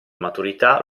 maturità